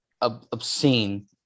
obscene